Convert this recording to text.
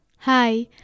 Hi